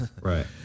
Right